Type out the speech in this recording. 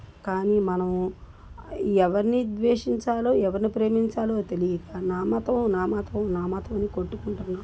కానీ మనము ఎవరిని ద్వేషించాలో ఎవరిని ప్రేమించాలో తెలియక నా మతం నా మతం నా మతమని కొట్టుకుంటున్నాం